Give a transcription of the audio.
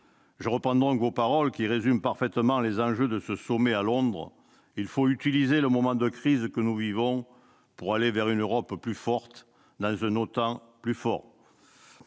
Je reprends donc vos paroles, qui résument parfaitement les enjeux de ce sommet à Londres :« il faut utiliser le moment de crise que nous vivons pour aller vers une Europe plus forte dans une OTAN plus forte